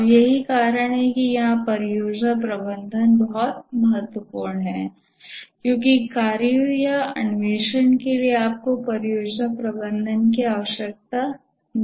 और यही कारण है कि यहां परियोजना प्रबंधन महत्वपूर्ण है क्योंकि कार्यों या अन्वेषण के लिए आपको परियोजना प्रबंधन की आवश्यकता नहीं है